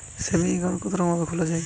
Saving account কতরকম ভাবে খোলা য়ায়?